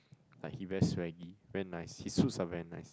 like he very swaggy very nice his suits are very nice